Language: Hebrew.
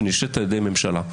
שנשלטת על ידי ממשלה?